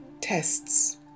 tests